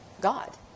God